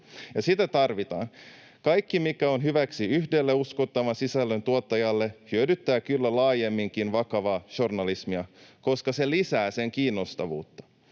sitä tarvitaan. Kaikki, mikä on hyväksi yhdelle uskottavan sisällön tuottajalle, hyödyttää kyllä laajemminkin vakavaa journalismia, koska se lisää sen kiinnostavuutta.